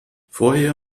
vorher